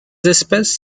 espèces